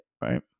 right